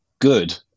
good